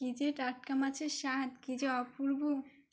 ক যে টাটকা মাছের স্বাদ ক যে অপূর্ব